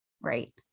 Right